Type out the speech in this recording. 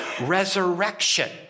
resurrection